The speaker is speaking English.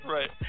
Right